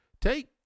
Take